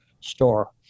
store